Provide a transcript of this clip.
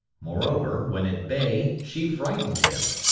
moreover, when at bay she frightened him.